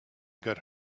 got